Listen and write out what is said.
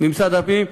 ממשרד הפנים,